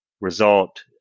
result